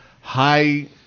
high